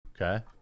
Okay